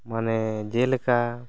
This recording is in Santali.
ᱢᱟᱱᱮ ᱡᱮᱞᱮᱠᱟ